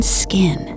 skin